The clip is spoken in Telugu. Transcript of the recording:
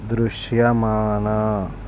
దృశ్యమాన